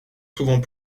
souvent